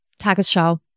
Tagesschau